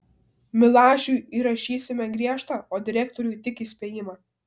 milašiui įrašysime griežtą o direktoriui tik įspėjimą